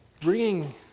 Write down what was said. bringing